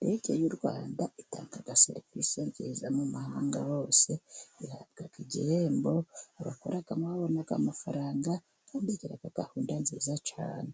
indege y'u Rwanda itanga serivisi nziza mu mahanga hose, ihabwa igihembo, abakoramo babona amafaranga, kandi igira gahunda nziza cyane.